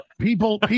people